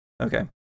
Okay